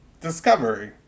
discovery